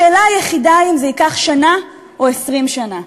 השאלה היחידה היא אם זה ייקח שנה או 20 שנה.